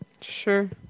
Sure